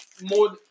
more